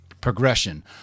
progression